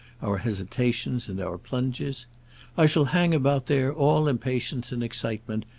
our hesitations and our plunges i shall hang about there, all impatience and excitement,